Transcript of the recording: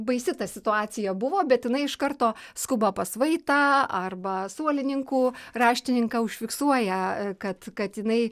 baisi ta situacija buvo bet jinai iš karto skuba pas vaitą arba suolininkų raštininką užfiksuoja kad kad jinai